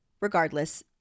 Regardless